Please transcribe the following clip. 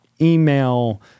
email